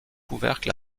couvercle